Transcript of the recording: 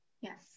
Yes